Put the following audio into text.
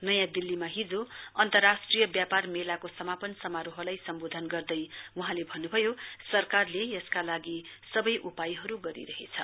नयौं दिल्लीमा हिजो अन्तराष्ट्रिय व्यापार मेलाको समापन समारोहलाई सम्वोधन गर्दै बहौंले भन्नुभयो सरकारले यसका लागि सबै उपायहरु गरिरहेछ